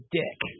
dick